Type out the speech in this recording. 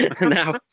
Now